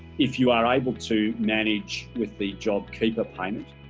if you are able to manage with the jobkeeper payment